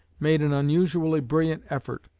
made an unusually brilliant effort.